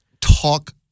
talk